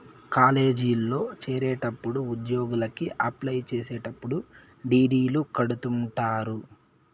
కాలేజీల్లో చేరేటప్పుడు ఉద్యోగలకి అప్లై చేసేటప్పుడు డీ.డీ.లు కడుతుంటారు